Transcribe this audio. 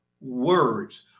words